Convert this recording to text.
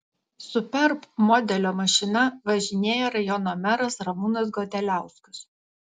superb modelio mašina važinėja rajono meras ramūnas godeliauskas